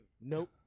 nope